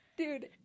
dude